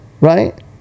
right